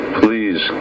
please